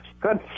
good